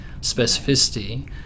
specificity